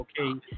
okay